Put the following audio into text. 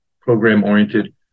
program-oriented